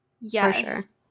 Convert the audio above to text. Yes